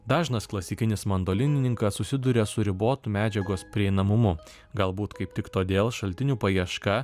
dažnas klasikinis mandolinininkas susiduria su ribotu medžiagos prieinamumu galbūt kaip tik todėl šaltinių paieška